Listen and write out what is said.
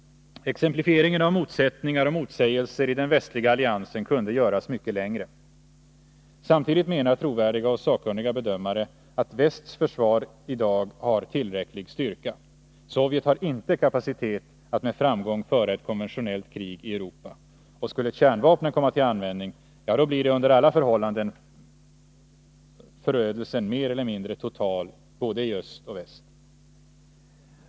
Exemplifieringen av motsättningar och motsägelser i den västliga alliansen kunde göras mycket längre. Samtidigt menar trovärdiga och sakkunniga bedömare att västs försvar i dag har tillräcklig styrka. Sovjet har inte kapacitet att med framgång föra ett konventionellt krig i Europa. Och skulle kärnvapnen komma till användning, ja, då blir under alla förhållanden förödelsen mer eller mindre total både i öst och i väst.